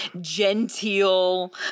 genteel